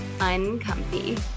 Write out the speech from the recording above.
uncomfy